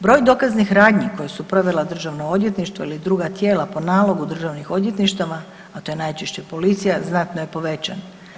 Broj dokaznih radnji koje su provela državna odvjetništva ili druga tijela po nalogu državnih odvjetništava, a to je najčešće policija, znatno je povećan.